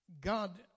God